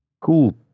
Cool